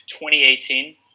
2018